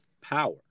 power